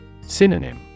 Synonym